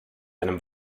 einem